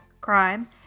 crime